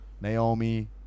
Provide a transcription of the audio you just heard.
Naomi